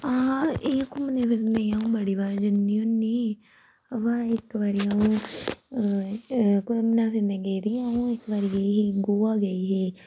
इयां घूमने फिरने अ'ऊं बड़ी बारी जन्नी होन्नी आं भई इक बारी अ'ऊं घूमने फिरने गेदी हा अ'ऊं इक बारी गेई ही गोवा गेई ही